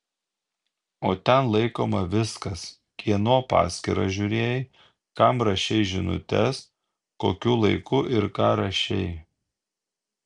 o ten laikoma viskas kieno paskyrą žiūrėjai kam rašei žinutes kokiu laiku ir ką rašei